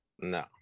No